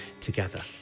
together